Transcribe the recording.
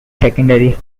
secondary